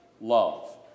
love